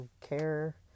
care